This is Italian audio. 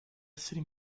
essere